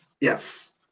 Yes